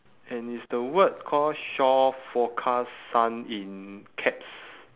and is the word call shore forecast sun in caps